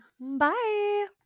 Bye